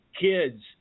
kids